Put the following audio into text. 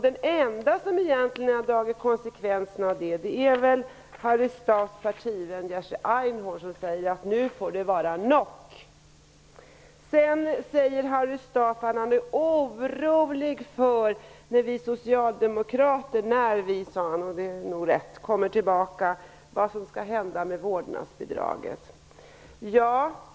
Den enda som egentligen har dragit konsekvenserna av det är väl Harry Staafs partivän Jerzy Einhorn som säger: Nu får det vara nog! Harry Staaf säger att han är orolig för vad som skall ända med vårdnadsbidraget när vi socialdemokrater kommer tillbaka.